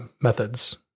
methods